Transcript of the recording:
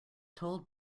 told